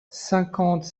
cinquante